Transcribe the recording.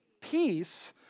peace